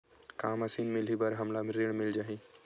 का मशीन मिलही बर हमला ऋण मिल जाही?